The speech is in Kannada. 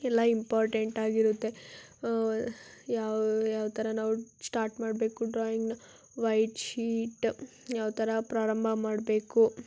ಎಲ್ಲ ಇಂಪಾರ್ಟೆಂಟ್ ಆಗಿರುತ್ತೆ ಯಾವ ಯಾವ ಥರ ನಾವು ಸ್ಟಾರ್ಟ್ ಮಾಡಬೇಕು ಡ್ರಾಯಿಂಗನ್ನ ವೈಟ್ ಶೀಟ್ ಯಾವ ಥರ ಪ್ರಾರಂಭ ಮಾಡಬೇಕು